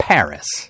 Paris